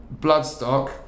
Bloodstock